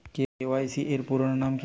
KYC এর পুরোনাম কী?